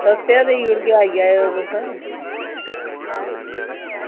सस्ते गै देई ओड़गी आई जायो तुस